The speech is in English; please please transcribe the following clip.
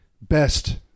best